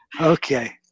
Okay